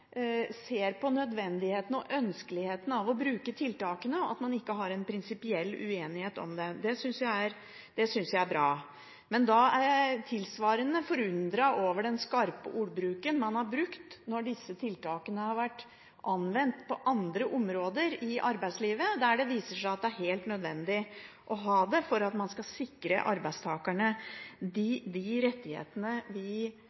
ikke har en prinsipiell uenighet om det. Det synes jeg er bra. Men jeg er tilsvarende forundret over den skarpe ordbruken når disse tiltakene har vært anvendt på andre områder i arbeidslivet, der det viser seg å være helt nødvendig å ha det for å sikre arbeidstakerne de rettighetene vi mener at de skal